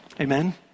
Amen